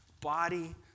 body